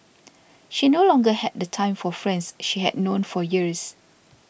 she no longer had the time for friends she had known for years